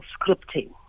scripting